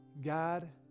God